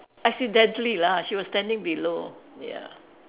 accidentally lah she was standing below ya